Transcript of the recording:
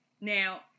Now